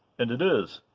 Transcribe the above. and it is.